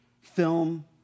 film